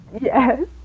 Yes